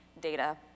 data